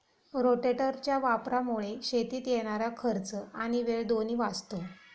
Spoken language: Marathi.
रोटेटरच्या वापरामुळे शेतीत येणारा खर्च आणि वेळ दोन्ही वाचतो